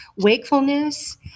Wakefulness